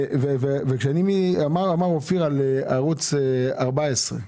וכשאמר אופיר על ערוץ 14,